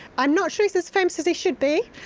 i'm not sure he's as famous as he should be,